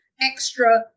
extra